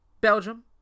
Belgium